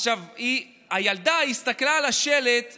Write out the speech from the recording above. עכשיו, הילדה הסתכלה על השלט "ביבי,